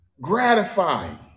gratifying